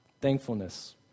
thankfulness